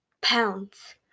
pounds